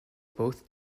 both